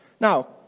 now